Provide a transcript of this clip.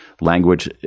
language